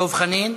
דב חנין,